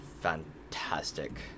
fantastic